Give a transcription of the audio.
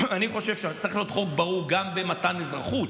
אני חושב שצריך להיות חוק ברור גם במתן אזרחות.